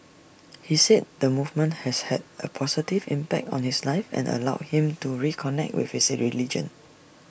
he said the movement has had A positive impact on his life and allowed him to reconnect with his religion